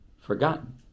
forgotten